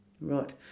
Right